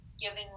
giving